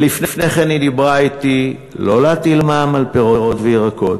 שלפני כן דיברה אתי ואמרה לא להטיל מע"מ על פירות וירקות,